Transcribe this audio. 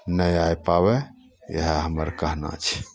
नहि आबि पाबय इएह हमर कहना छै